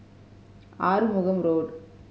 Arumugam Road